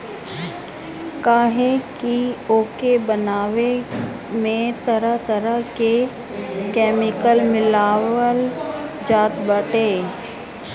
काहे की ओके बनावे में तरह तरह के केमिकल मिलावल जात बाटे